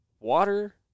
Water